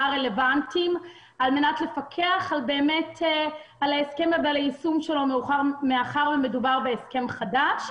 רלוונטיים על מנת לפקח על ההסכם ועל היישום שלו מאחר ומדובר בהסכם חדש.